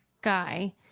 guy